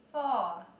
four